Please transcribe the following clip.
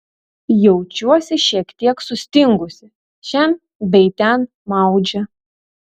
jaučiuosi šiek tiek sustingusi šen bei ten maudžia